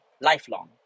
lifelong